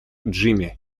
джимми